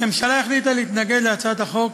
הממשלה החליטה להתנגד להצעת החוק